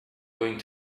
going